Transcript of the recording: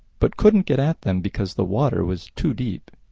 but couldn't get at them because the water was too deep.